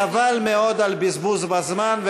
חבל מאוד על בזבוז הזמן,